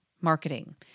marketing